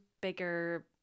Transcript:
bigger